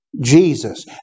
Jesus